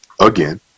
again